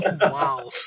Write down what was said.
Wow